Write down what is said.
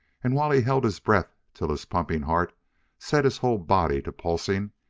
and, while he held his breath till his pumping heart set his whole body to pulsing,